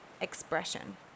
expression